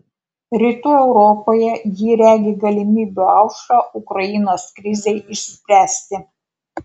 rytų europoje ji regi galimybių aušrą ukrainos krizei išspręsti